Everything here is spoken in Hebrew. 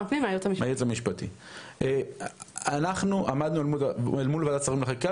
אנחנו עמדנו אל מול ועדת שרים לחקיקה